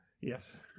Yes